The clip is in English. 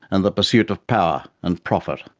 and the pursuit of power and profit.